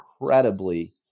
incredibly